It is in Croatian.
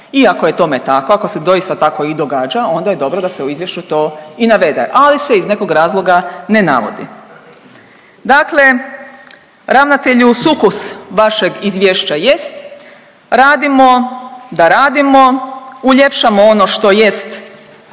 I ako je tome tako, ako se doista tako i događa onda je dobro da se u izvješću to navede, ali se iz nekog razloga ne navodi. Dakle, ravnatelju sukus vašeg izvješća jest radimo da radimo, uljepšamo ono što jest